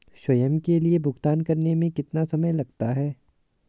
स्वयं के लिए भुगतान करने में कितना समय लगता है?